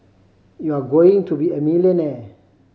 you're going to be a millionaire